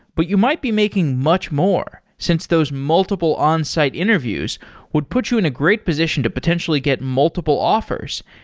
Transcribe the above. but you might be making much more since those multiple onsite interviews would put you in a great position to potentially get multiple offers,